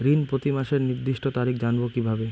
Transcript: ঋণ প্রতিমাসের নির্দিষ্ট তারিখ জানবো কিভাবে?